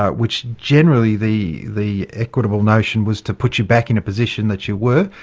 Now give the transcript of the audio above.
ah which generally the the equitable notion was to put you back in a position that you were,